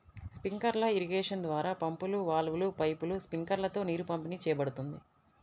sprinkler irrigation ద్వారా పంపులు, వాల్వ్లు, పైపులు, స్ప్రింక్లర్లతో నీరు పంపిణీ చేయబడుతుంది